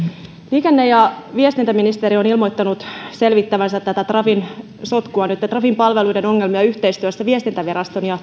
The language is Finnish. liikenne ja viestintäministeriö on ilmoittanut selvittävänsä tätä trafin sotkua näitä trafin palveluiden ongelmia yhteistyössä viestintäviraston ja